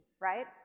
right